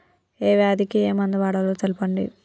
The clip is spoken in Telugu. ఏ వ్యాధి కి ఏ మందు వాడాలో తెల్పండి?